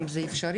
אם זה אפשרי,